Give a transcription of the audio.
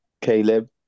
Caleb